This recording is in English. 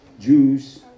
Jews